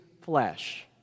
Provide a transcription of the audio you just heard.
flesh